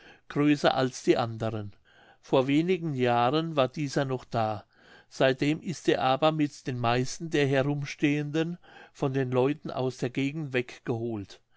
größer als die anderen vor wenigen jahren war dieser noch da seitdem ist er aber mit den meisten der herumstehenden von den leuten aus der gegend weggeholt